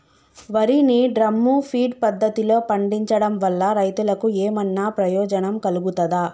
వరి ని drum feed పద్ధతిలో పండించడం వల్ల రైతులకు ఏమన్నా ప్రయోజనం కలుగుతదా?